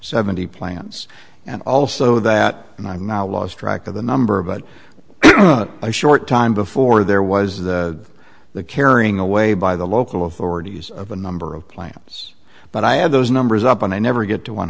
seventy plants and also that and i've not lost track of the number but a short time before there was the the carrying away by the local authorities of a number of plans but i have those numbers up and i never get to one